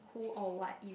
who or what irr~